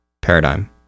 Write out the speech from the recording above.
paradigm